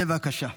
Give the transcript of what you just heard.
בבקשה.